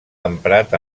emprat